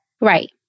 Right